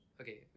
Okay